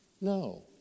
No